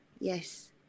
Yes